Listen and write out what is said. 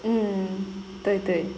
mm 对对